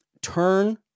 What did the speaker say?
turn